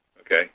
Okay